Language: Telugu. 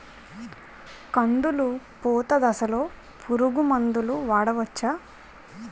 కందులు పూత దశలో పురుగు మందులు వాడవచ్చా?